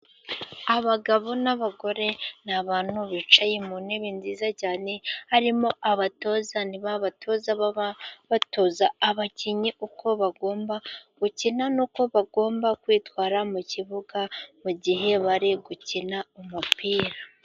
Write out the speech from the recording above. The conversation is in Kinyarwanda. Abagabo n'abagore, ni abantu bicaye mu ntebe nziza cyane, harimo abatoza ni b'abatoza baba batoza, abakinnyi uko bagomba gukina nuko uko bagomba kwitwara mu kibuga, mu gihe bari gukina umupira.